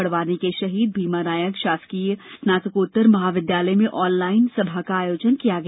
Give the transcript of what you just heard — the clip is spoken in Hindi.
बड़वानी के शहीद भीमा नायक शासकीय स्नातकोत्तर महाविद्यालय में ऑनलाइन सभा का आयोजन किया गया